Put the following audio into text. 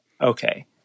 Okay